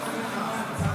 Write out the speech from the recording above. בתחבולות תעשה לך מלחמה.